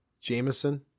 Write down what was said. Jameson